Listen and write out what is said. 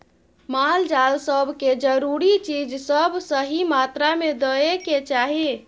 माल जाल सब के जरूरी चीज सब सही मात्रा में दइ के चाही